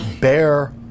bear